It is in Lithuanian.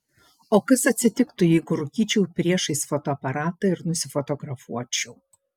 o kas atsitiktų jeigu rūkyčiau priešais fotoaparatą ir nusifotografuočiau